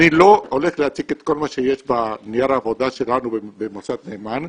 אני לא הולך להציג את כל מה שיש בנייר העבודה שלנו במוסד נאמן,